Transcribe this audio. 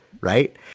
Right